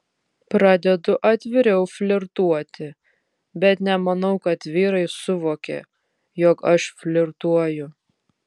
pradedu atviriau flirtuoti bet nemanau kad vyrai suvokia jog aš flirtuoju